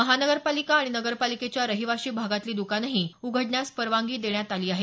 महानगरपालिका आणि नगरपालिकेच्या रहिवाशी भागातली द्कानंही उघडण्यास परवानगी देण्यात आली आहे